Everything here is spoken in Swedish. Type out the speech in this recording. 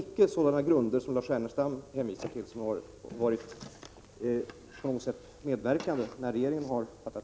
De omständigheter som Lars Ernestam hänvisar till har alltså icke påverkat regeringens beslut.